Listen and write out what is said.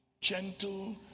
gentle